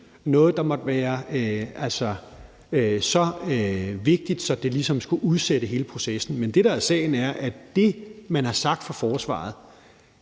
noget, der måtte være så vigtigt, at det ligesom skulle udsætte hele processen. Men det, der er sagen, er, at det, der blev refereret